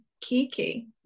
Kiki